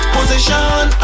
Position